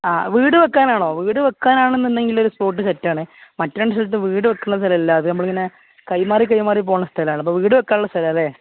ആ വീട് വയ്ക്കാനാണോ വീട് വയ്ക്കാനാണെന്ന് ഉണ്ടെങ്കിൽ ഒരു സ്പോട്ട് സെറ്റാണ് മറ്റെ രണ്ട് സ്ഥലത്ത് വീട് വയ്ക്കുന്ന സ്ഥലമല്ല അത് നമ്മൾ ഇങ്ങനെ കൈമാറി കൈമാറി പോരുന്ന സ്ഥലമാണ് അപ്പോൾ വീട് വയ്ക്കാനുള്ള സ്ഥലം ആണല്ലേ